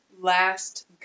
last